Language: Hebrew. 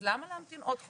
אז למה להמתין עוד חודש?